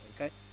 Okay